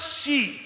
see